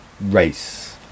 race